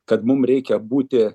kad mum reikia būti